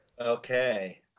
okay